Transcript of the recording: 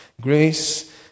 Grace